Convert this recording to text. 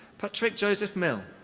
patrick jozef mill.